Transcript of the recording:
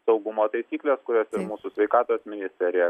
saugumo taisyklės kurias mūsų sveikatos ministerija